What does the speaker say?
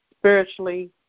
spiritually